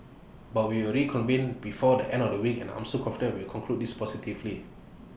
but we will reconvene before the end of the week and I'm confident we'll conclude this positively